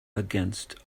against